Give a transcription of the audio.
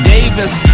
Davis